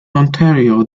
ontario